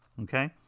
Okay